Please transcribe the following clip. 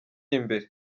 imbere